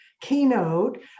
keynote